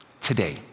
today